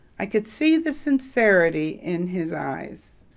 i could see the sincerity in his eyes,